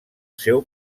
seu